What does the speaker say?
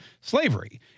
slavery